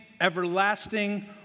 everlasting